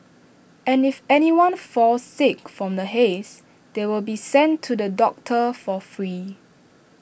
and if anyone falls sick from the haze they will be sent to the doctor for free